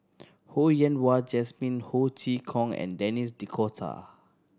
Ho Yen Wah Jesmine Ho Chee Kong and Denis D'Cotta